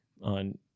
on